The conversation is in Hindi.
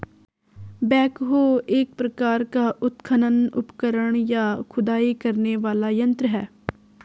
बेकहो एक प्रकार का उत्खनन उपकरण, या खुदाई करने वाला यंत्र है